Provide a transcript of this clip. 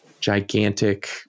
gigantic